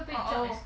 orh oh